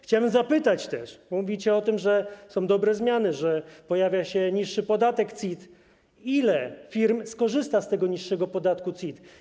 Chciałbym zapytać też, bo mówicie o tym, że są dobre zmiany, że pojawia się niższy podatek CIT, ile firm skorzysta z tego niższego podatku CIT.